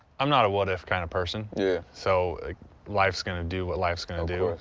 i'm not a what-if kind of person. yeah. so life's gonna do what life's gonna do.